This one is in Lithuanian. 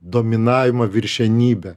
dominavimą viršenybę